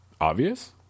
obvious